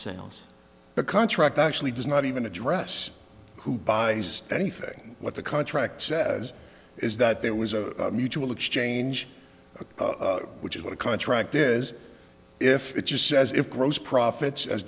sales the contract actually does not even address who buys anything what the contract says is that there was a mutual exchange which is what a contract is if it just says if gross profits as